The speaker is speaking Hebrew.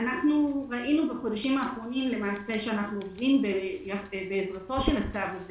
ראינו בחודשים האחרונים שאנחנו עובדים בעזרת הצו הזה,